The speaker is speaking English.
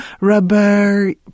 rubber